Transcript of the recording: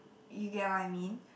you get what I mean